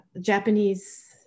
japanese